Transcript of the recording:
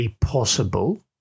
possible